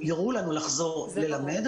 יורו לנו לחזור ללמד.